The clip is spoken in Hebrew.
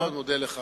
אני מאוד מודה לך.